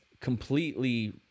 completely